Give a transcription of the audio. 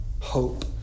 hope